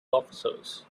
officers